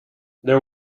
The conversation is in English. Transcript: there